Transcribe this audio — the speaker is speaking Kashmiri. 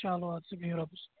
چلو اَد سا بِہِو رۄبَس